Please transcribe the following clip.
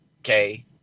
Okay